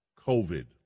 COVID